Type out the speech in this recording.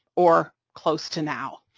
or close to now.